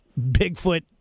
Bigfoot